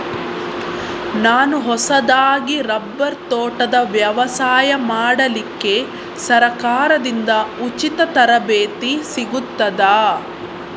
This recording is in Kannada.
ನಾನು ಹೊಸದಾಗಿ ರಬ್ಬರ್ ತೋಟದ ವ್ಯವಸಾಯ ಮಾಡಲಿಕ್ಕೆ ಸರಕಾರದಿಂದ ಉಚಿತ ತರಬೇತಿ ಸಿಗುತ್ತದಾ?